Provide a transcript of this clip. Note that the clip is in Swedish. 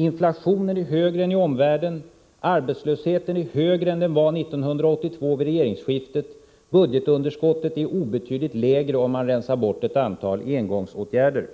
Inflationen är högre än i omvärlden, arbetslösheten är högre än den var 1982 vid regeringsskiftet, och budgetunderskottet är obetydligt lägre, om man rensar bort ett antal engångsåtgärder.